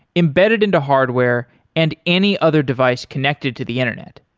embedded into hardware and any other device connected to the internet.